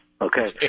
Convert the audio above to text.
okay